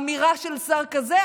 אמירה של שר כזה,